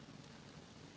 Hvala